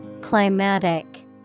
Climatic